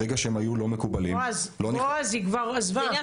בעז, היא כבר עזבה.